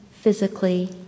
physically